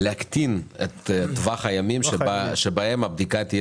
להקטין את טווח הימים שבהם הבדיקה תהיה